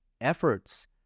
efforts